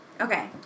Okay